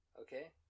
okay